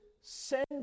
send